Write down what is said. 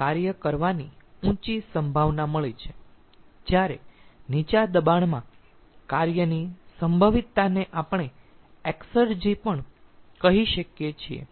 કાર્ય કરવાની ઉંચી સંભાવના મળી છે જ્યારે નીચા દબાણમાં કાર્યની સંભવિતતાને આપણે એક્સર્જી પણ કહી શકીએ છીએ